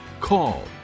call